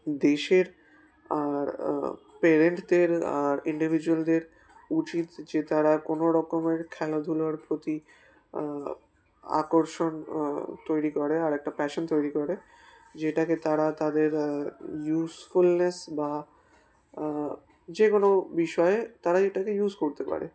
দেশের আর পেরেন্টদের আর ইন্ডিভিজুয়ালদের উচিত যে তারা কোনো রকমের খেলাধুলার প্রতি আকর্ষণ তৈরি করে আর একটা প্যাশন তৈরি করে যেটাকে তারা তাদের ইউজফুলনেস বা যে কোনো বিষয়ে তারা এটাকে ইউজ করতে পারে